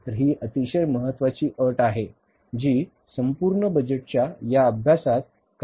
तर ही अतिशय महत्वाची अट आहे जी संपूर्ण बजेटच्या या अभ्यासात काळजी घेण्याची आवश्यकता आहे